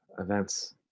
Events